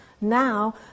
Now